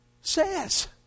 says